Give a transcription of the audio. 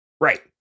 right